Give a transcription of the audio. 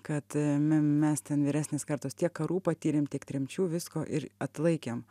kad a me mes ten vyresnės kartos tiek karų patyrėm tiek tremčių visko ir atlaikėm